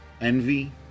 Envy